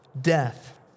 death